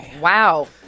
Wow